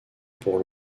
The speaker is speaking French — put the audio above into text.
pour